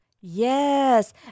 yes